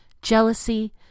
jealousy